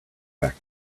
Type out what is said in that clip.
back